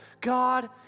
God